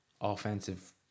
offensive